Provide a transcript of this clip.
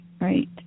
right